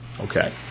Okay